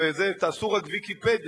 ותחפשו רק ב"ויקיפדיה",